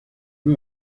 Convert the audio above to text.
uno